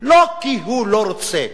לא כי הוא לא רוצה,